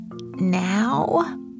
now